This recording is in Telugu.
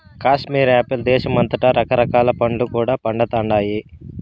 కాశ్మీర్ల యాపిల్ దేశమంతటా రకరకాల పండ్లు కూడా పండతండాయి